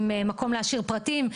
עם מקום להשאיר פרטים,